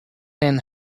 and